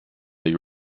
you